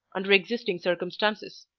under existing circumstances.